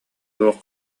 туох